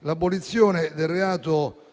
«L'abolizione del reato